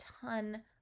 ton